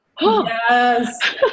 Yes